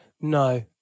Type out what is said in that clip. No